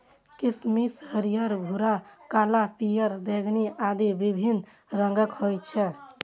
किशमिश हरियर, भूरा, काला, पीयर, बैंगनी आदि विभिन्न रंगक होइ छै